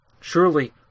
Surely